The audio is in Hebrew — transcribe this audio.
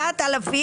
4,000